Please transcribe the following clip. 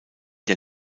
der